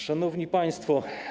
Szanowni Państwo!